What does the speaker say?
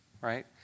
right